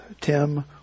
Tim